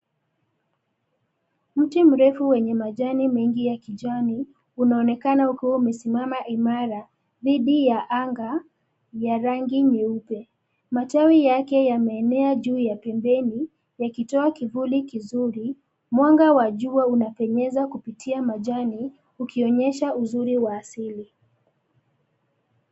Mti mrefu wenye majani mengi ya kijani, unaonekana ukiwa umesimama imara, dhidi ya anga, ya rangi nyeupe, matawi yake yameenea juu ya pembeni, yakitoa kivuli kizuri, mwanga wa jua unapenyeza kupitia majani, ukionyesha uzuri wa asili.